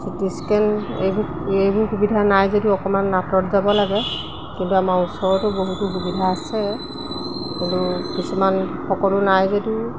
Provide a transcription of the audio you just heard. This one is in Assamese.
চি টি স্কেন এইবোৰ এইবোৰ সুবিধা নাই যদি অকণমান আঁতৰত যাব লাগে কিন্তু আমাৰ ওচৰতো বহুতো সুবিধা আছে কিন্তু কিছুমান সকলো নাই যদিও